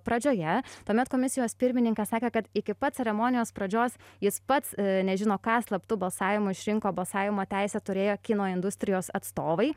pradžioje tuomet komisijos pirmininkas sakė kad iki pat ceremonijos pradžios jis pats nežino ką slaptu balsavimu išrinko balsavimo teisę turėję kino industrijos atstovai